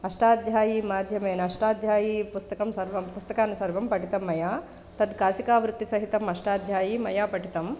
अष्टाध्यायीमाध्यमेन अष्टाध्यायीपुस्तकं सर्वं पुस्तकानि सर्वं पठितं मया तद् काशिकावृत्तिसहितम् अष्टाध्यायी मया पठितम्